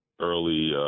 early